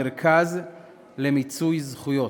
מרכז למיצוי זכויות,